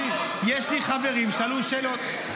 יש לי חברים, שאלו שאלות.